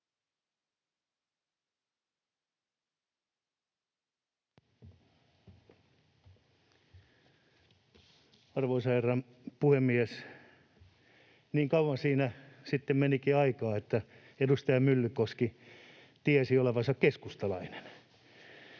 Arvoisa herra puhemies! Niin kauan siinä sitten menikin aikaa, kunnes edustaja Myllykoski tiesi olevansa keskustalainen,